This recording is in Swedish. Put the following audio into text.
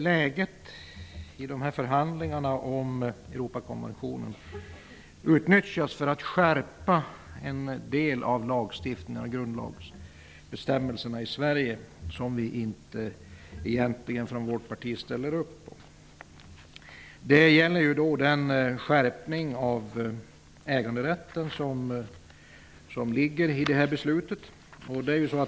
Läget i förhandlingarna om Europakonventionen har utnyttjats för att skärpa en del av grundlagsbestämmelserna i Sverige, något som vi egentligen inte från vårt parti ställer upp på. Det gäller den skärpning av äganderätten som beslutet innebär.